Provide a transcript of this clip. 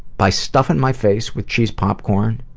by stuffing my face with cheese popcorn,